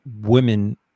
women